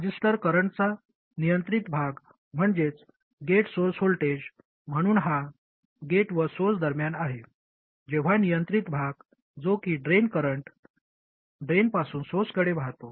transistor करंटचा नियंत्रित भाग म्हणजेच गेट सोर्स व्होल्टेज म्हणून हा गेट व सोर्स दरम्यान आहे जेव्हा नियंत्रित भाग जो कि ड्रेन करंट ड्रेनमधून सोर्सकडे वाहतो